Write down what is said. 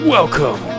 Welcome